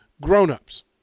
grown-ups